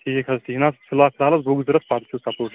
ٹھیٖک حظ ٹھیٖک جناب فِلحال ترٛواکھ بُک ضروٗرت پتہٕ وُچھو سپورٹس